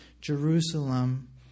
Jerusalem